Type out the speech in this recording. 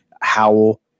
Howell